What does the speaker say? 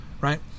Right